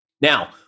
Now